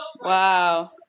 Wow